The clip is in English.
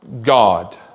God